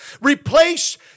replace